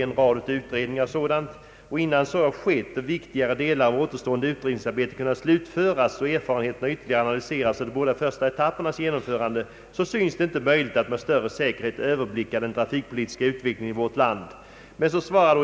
Innan så skett och viktigare delar av återstående utredningsarbete kunnat slutföras samt erfarenheterna ytterligare analyserats av de båda första etappernas genomförande synes det inte möjligt att med större säkerhet överblicka den trafikpolitiska utvecklingen i vårt land.